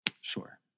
Sure